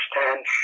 understand